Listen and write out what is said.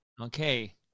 Okay